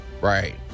Right